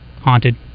haunted